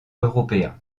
européen